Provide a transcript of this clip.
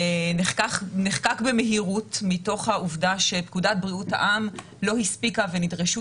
נחקק במהירות מתוך העובדה שפקודת בריאות העם לא הספיקה ונדרשו